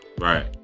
Right